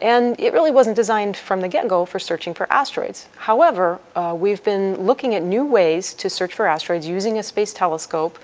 and it really wasn't designed from the get-go for searching for asteroids. however we've been looking for new ways to search for asteroids using a space telescope